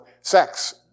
sex